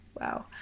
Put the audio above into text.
wow